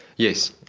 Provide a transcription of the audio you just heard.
yes,